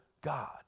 God